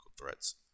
threats